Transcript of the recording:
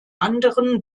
anderen